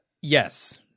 Yes